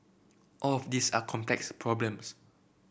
all of these are complex problems